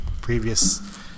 previous